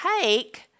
take